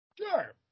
Sure